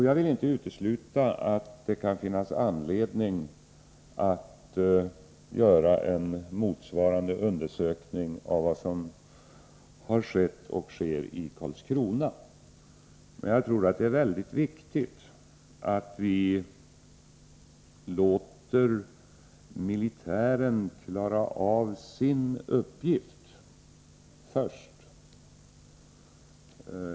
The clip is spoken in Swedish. Jag vill inte utesluta att det kan finnas anledning att göra en motsvarande undersökning av vad som har skett och sker i Karlskrona. Men jag tror att det är mycket viktigt att vi låter militären klara av sin uppgift först.